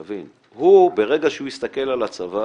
תבין, הוא ברגע שהוא יסתכל על הצבא